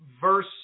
verse